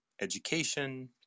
education